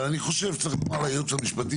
אבל חושב שצריך לקרוא לייעוץ המשפטי